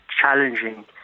challenging